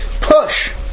Push